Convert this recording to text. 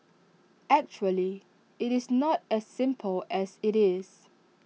actually IT is not as simple as IT is